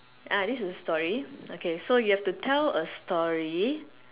ah this a story okay so you have to tell a story